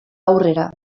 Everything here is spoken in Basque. aurrera